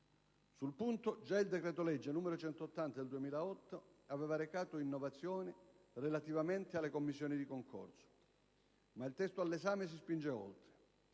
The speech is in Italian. Sul punto, già il decreto-legge n. 180 del 2008 aveva recato innovazioni relativamente alle commissioni di concorso, ma il testo all'esame si spinge oltre: